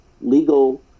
legal